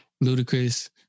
ludicrous